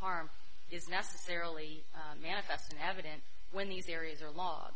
harm is necessarily manifest in evidence when these areas are law